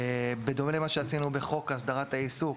בדומה למה שעשינו בחוק הסדרת העיסוק,